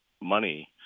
money